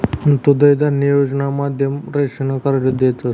अंत्योदय धान्य योजना मधमा रेशन कार्ड देतस